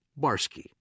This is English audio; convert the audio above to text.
Barsky